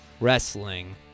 wrestling